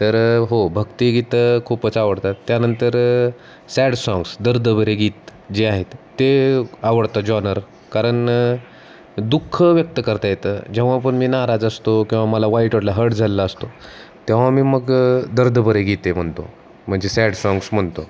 तर हो भक्तीगीत खूपच आवडतात त्यानंतर सॅड साँग्स दर्दभरे गीत जे आहेत ते आवडता जॉनर कारण दुःख व्यक्त करता येतं जेव्हा पण मी नाराज असतो किंवा मला वाईट वाटलेलं असतं हर्ट झालेला असतो तेव्हा मी मग दर्दभरे गीते म्हणतो म्हणजे सॅड साँग्स म्हणतो